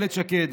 מצטט,